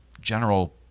general